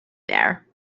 there